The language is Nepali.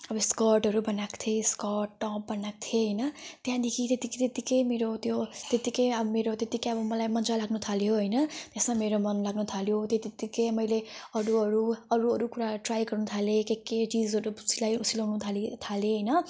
अब स्कर्टहरू बनाएको थिएँ स्कर्ट टप बनाएको थिएँ होइन त्यहाँदेखि त्यतिकै त्यतिकै मेरो त्यो त्यतिकै केही अब मेरो त्यतिकै अब मेरो त्यतिकै अब मलाई मजा लाग्नु थाल्यो होइन त्यसमा मेरो मन लाग्नु थाल्यो त्यतिकै त्यतिकै मैले अरू अरू अरू अरू कुरा ट्राई गर्नु थालेँ के के चिजहरू सिलाउनु थालेँ थालेँ होइन